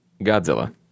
Godzilla